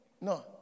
no